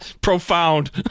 profound